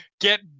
get